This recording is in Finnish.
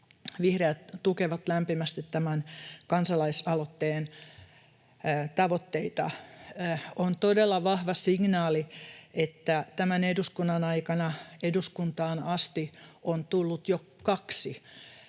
Vihreät tukevat lämpimästi tämän kansalaisaloitteen tavoitteita. On todella vahva signaali, että tämän eduskunnan aikana eduskuntaan asti on tullut jo kaksi